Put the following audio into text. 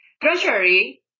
gradually